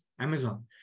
Amazon